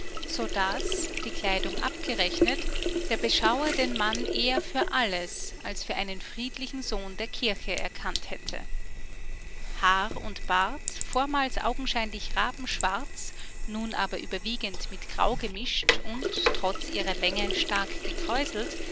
so daß die kleidung abgerechnet der beschauer den mann eher für alles als für einen friedlichen sohn der kirche erkannt hätte haar und bart vormals augenscheinlich rabenschwarz nun aber überwiegend mit grau gemischt und trotz ihrer länge stark gekräuselt